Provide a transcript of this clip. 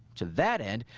to that end,